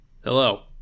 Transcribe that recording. Hello